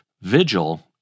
Vigil